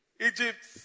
Egypt